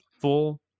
full